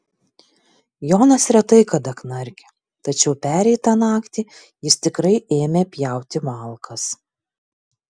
jonas retai kada knarkia tačiau pereitą naktį jis tikrai ėmė pjauti malkas